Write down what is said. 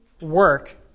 work